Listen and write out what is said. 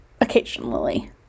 occasionally